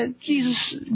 Jesus